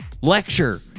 lecture